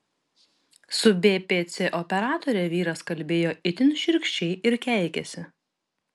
su bpc operatore vyras kalbėjo itin šiurkščiai ir keikėsi